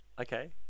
Okay